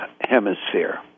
hemisphere